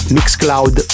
Mixcloud